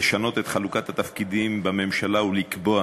לשנות את חלוקת התפקידים בממשלה ולקבוע